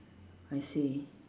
I see